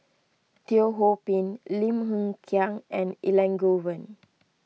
Teo Ho Pin Lim Hng Kiang and Elangovan